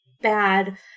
bad